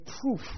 proof